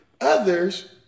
others